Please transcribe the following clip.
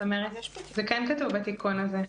זה כן כתוב בתיקון הזה.